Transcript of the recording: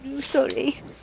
Sorry